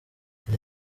iri